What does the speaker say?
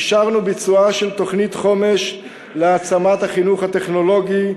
אישרנו ביצועה של תוכנית חומש להעצמת החינוך הטכנולוגי,